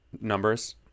numbers